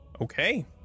Okay